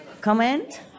Comment